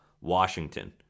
Washington